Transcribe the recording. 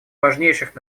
важнейших